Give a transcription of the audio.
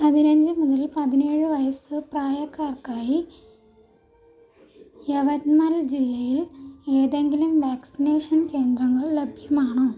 പതിനഞ്ച് മുതൽ പതിനേഴ് വയസ്സ് പ്രായക്കാർക്കായി യവത്മൽ ജില്ലയിൽ ഏതെങ്കിലും വാക്സിനേഷൻ കേന്ദ്രങ്ങൾ ലഭ്യമാണോ